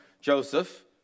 Joseph